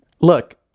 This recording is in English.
look